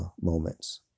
moments